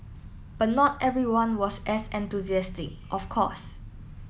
but not everyone was as enthusiastic of course